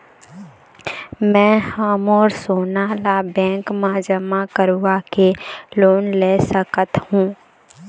मैं हर मोर सोना ला बैंक म जमा करवाके लोन ले सकत हो?